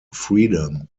freedom